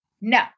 no